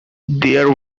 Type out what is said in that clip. there